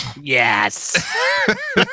yes